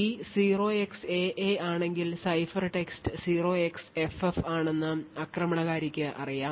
key 0xAA ആണെങ്കിൽ ciphertext 0xFF ആണെന്ന് ആക്രമണകാരിക്ക് അറിയാം